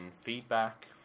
feedback